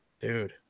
Dude